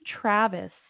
Travis